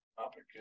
topic